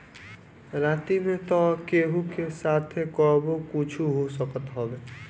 राही में तअ केहू के साथे कबो कुछु हो सकत हवे